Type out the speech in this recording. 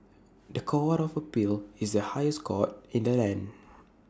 The Court of appeal is the highest court in the land